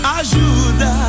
ajuda